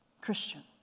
Christian